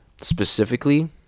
specifically